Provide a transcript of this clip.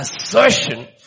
assertion